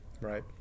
right